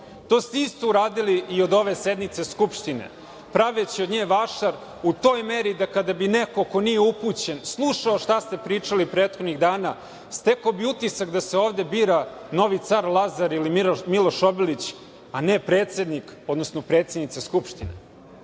ste isto uradili i od ove sednice Skupštine, praveći od nje vašar u toj meri da kada bi neko ko nije upućen slušao šta ste pričali prethodnih dana stekao bi utisak da se ovde bira novi car Lazar ili Miloš Obilić, a ne predsednik, odnosno predsednica Skupštine. Tome